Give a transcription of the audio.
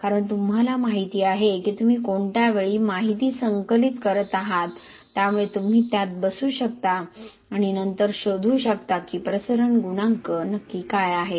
कारण तुम्हाला माहिती आहे की तुम्ही कोणत्या वेळी माहिती संकलित करत आहात त्यामुळे तुम्ही त्यात बसू शकता आणि नंतर शोधू शकता की प्रसरण गुणांक नक्की काय आहे